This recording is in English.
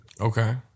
Okay